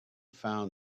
found